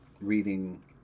reading